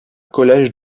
collège